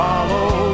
Follow